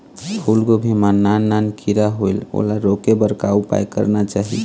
फूलगोभी मां नान नान किरा होयेल ओला रोके बर का उपाय करना चाही?